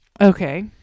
Okay